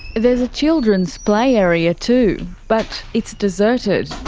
there's a children's play area too, but it's deserted.